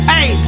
Hey